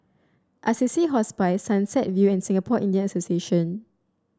Assisi Hospice Sunset View and Singapore Indian Association